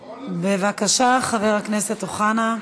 בבקשה, חבר הכנסת אוחנה.